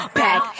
back